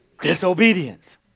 disobedience